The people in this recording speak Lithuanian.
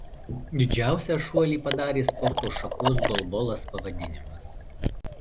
didžiausią šuolį padarė sporto šakos golbolas pavadinimas